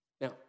Now